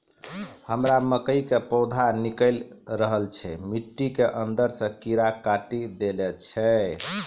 हमरा मकई के पौधा निकैल रहल छै मिट्टी के अंदरे से कीड़ा काटी दै छै?